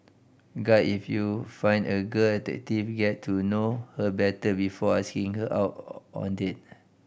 guy if you find a girl addictive get to know her better before asking her out on date